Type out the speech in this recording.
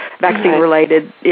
vaccine-related